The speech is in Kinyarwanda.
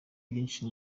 byinshi